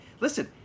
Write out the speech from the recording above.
Listen